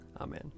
Amen